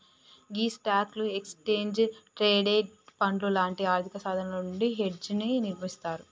గీ స్టాక్లు, exchange traded పండ్లు లాంటి ఆర్థిక సాధనాలు నుండి హెడ్జ్ ని నిర్మిస్తారు